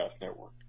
Network